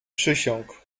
przysiąg